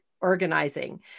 organizing